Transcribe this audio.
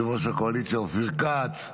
יושב-ראש הקואליציה אופיר כץ,